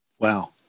Wow